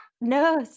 No